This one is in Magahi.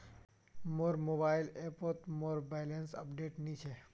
मोर मोबाइल ऐपोत मोर बैलेंस अपडेट नि छे